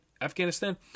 Afghanistan